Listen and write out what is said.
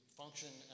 function